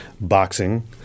boxing